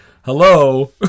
hello